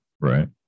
Right